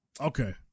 Okay